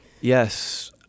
Yes